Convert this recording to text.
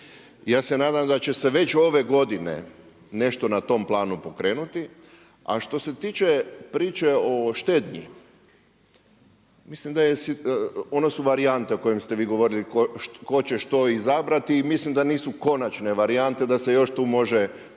ja se nadam da će se već ove godine nešto na tom planu pokrenuti. A što se tiče priče o štednji, mislim da je, one su varijanta o kojem se vi govorili tko će što izabrati i mislim da nisu konačne varijante da se još tu može